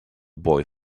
boy